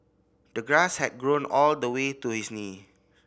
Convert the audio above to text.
the grass had grown all the way to his knee